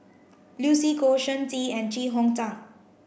Lucy Koh Shen Xi and Chee Hong Tat